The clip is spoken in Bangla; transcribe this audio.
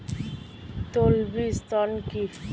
তলবি ঋণ কি?